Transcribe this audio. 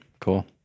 cool